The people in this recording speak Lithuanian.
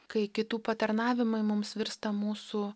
kai kitų patarnavimai mums virsta mūsų